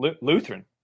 Lutheran